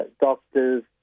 doctors